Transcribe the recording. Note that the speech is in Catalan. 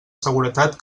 seguretat